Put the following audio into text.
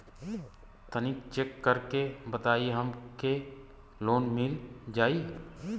तनि चेक कर के बताई हम के लोन मिल जाई?